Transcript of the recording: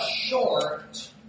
short